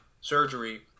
surgery